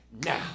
now